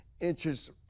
interest